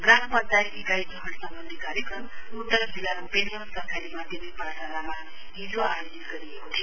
ग्राम पंचायत इकाई ग्रहण सम्वन्धी कार्यक्रम उत्तर जिल्लाको पेनलङ सरकारी माध्यमिक पाठशालामा हिजो आयोजित गरिएको थियो